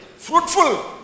Fruitful